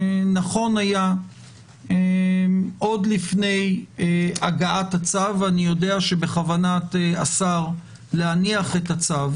נכון היה עוד לפני הגעת הצו ואני יודע שבכוונת השר להניח את הצו